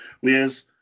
Whereas